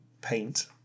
paint